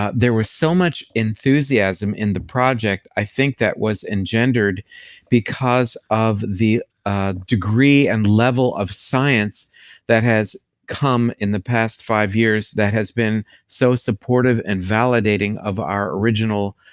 ah there was so much enthusiasm in the project i think that was engendered because of the degree and level of science that has come in the past five years that has been so supportive and validating of our original,